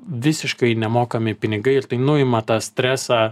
visiškai nemokami pinigai ir tai nuima tą stresą